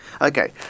Okay